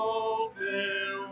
open